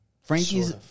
Frankie's